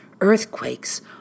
earthquakes